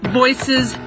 voices